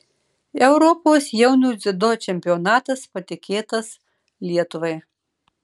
europos jaunių dziudo čempionatas patikėtas lietuvai